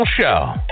show